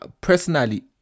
personally